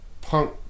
punk